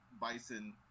Bison